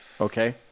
Okay